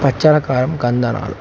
పచ్చల కారం కందనాలు